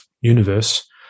universe